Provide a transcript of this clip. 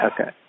okay